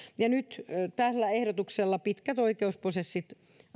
nyt tällä ehdotuksella pitkät oikeusprosessit